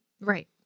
Right